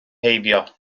heibio